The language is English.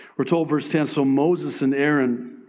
we're told verse ten, so moses and aaron